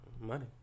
Money